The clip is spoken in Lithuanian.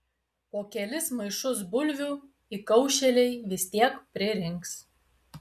po kelis maišus bulvių įkaušėliai vis tiek pririnks